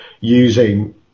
using